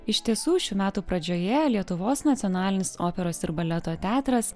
iš tiesų šių metų pradžioje lietuvos nacionalinis operos ir baleto teatras